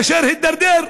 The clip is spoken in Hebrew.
אשר הידרדר.